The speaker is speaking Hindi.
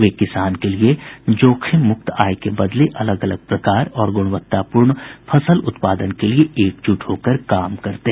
वे किसान के लिए जोखिम मुक्त आय के बदले में अलग अलग प्रकार और गुणवत्तापूर्ण फसल उत्पादन के लिए एकजुट होकर काम करते हैं